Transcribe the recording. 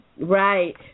right